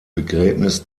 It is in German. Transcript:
begräbnis